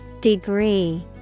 Degree